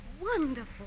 wonderful